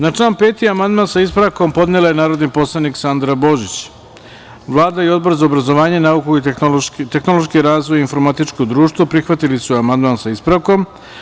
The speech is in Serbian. Na član 5. amandman sa ispravkom podnela je narodni poslanik Sandra Božić Vlada i Odbor za obrazovanje, nauku, tehnološki razvoj i informatičko društvo prihvatili su amandman sa ispravkom.